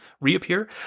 reappear